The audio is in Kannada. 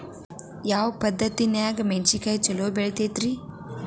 ಯಾವ ಪದ್ಧತಿನ್ಯಾಗ ಮೆಣಿಸಿನಕಾಯಿ ಛಲೋ ಬೆಳಿತೈತ್ರೇ?